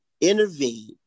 intervene